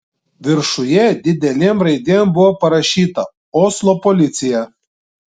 viršuje didelėm raidėm buvo parašyta oslo policija